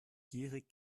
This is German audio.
gierig